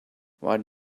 what